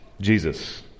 Jesus